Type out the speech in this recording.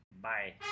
bye